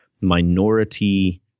minority